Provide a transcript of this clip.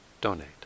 donate